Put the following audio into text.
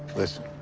listen,